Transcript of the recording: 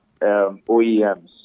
OEMs